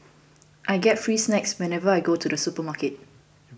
I get free snacks whenever I go to the supermarket